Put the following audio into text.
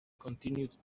continued